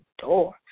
door